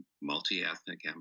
multi-ethnic